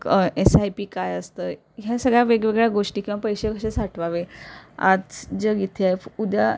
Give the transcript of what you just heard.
क S I P काय असतं आहे ह्या सगळ्या वेगवेगळ्या गोष्टी किंवा पैसे कसे साठवावे आज जग इथे आहे उद्या